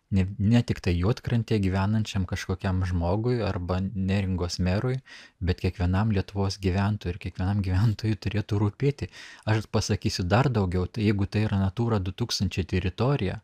ne ne tiktai juodkrantėje gyvenančiam kažkokiam žmogui arba neringos merui bet kiekvienam lietuvos gyventojų ir kiekvienam gyventojui turėtų rūpėti aš pasakysiu dar daugiau jeigu tai yra natūra du tūkstančiai teritorija